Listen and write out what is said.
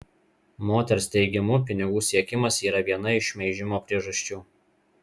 moters teigimu pinigų siekimas yra viena iš šmeižimo priežasčių